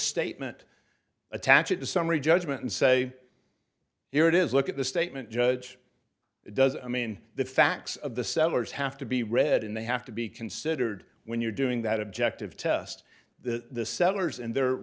statement attach it to summary judgment and say here it is look at the statement judge it does i mean the facts of the sellers have to be read and they have to be considered when you're doing that objective test the settlers and the